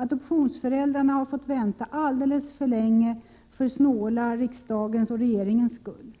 Adoptionsföräldrarna har fått vänta alldeles för länge för snåla riksdagens och regeringens skull.